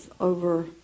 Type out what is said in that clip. over